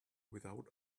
without